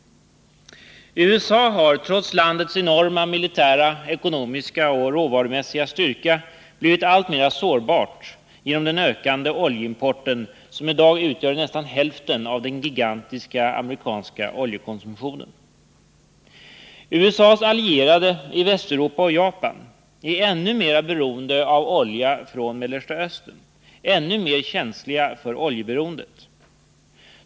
USA har, trots landets enorma militära, ekonomiska och råvarumässiga styrka, blivit alltmer sårbart genom den ökande oljeimporten, som i dag utgör nästan hälften av den gigantiska amerikanska oljekonsumtionen. USA:s allierade, i Västeuropa och Japan, är ännu mer beroende av olja från Mellersta Östern, ännu mer känsliga för oljeberoendet.